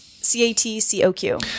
c-a-t-c-o-q